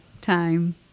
time